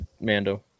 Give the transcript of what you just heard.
Mando